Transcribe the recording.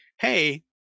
Hey